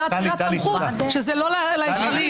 שזה לא לאזרחים,